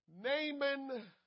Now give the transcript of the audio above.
Naaman